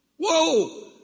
Whoa